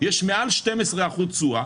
יש מעל 12 אחוז תשואה